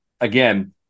again